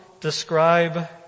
describe